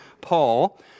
Paul